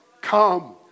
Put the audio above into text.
Come